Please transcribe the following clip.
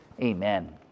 amen